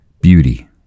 Beauty